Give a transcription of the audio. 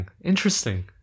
Interesting